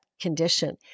condition